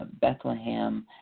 Bethlehem